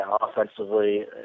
offensively